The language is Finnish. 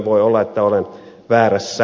voi olla että olen väärässä